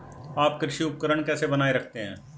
आप कृषि उपकरण कैसे बनाए रखते हैं?